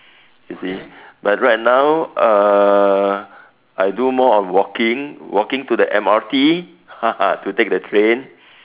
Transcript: you see but right now uh I do more of walking walking to the M_R_T to take the train